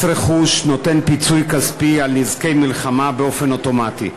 מס רכוש נותן פיצוי כספי על נזקי מלחמה באופן אוטומטי.